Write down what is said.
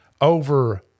over